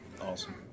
awesome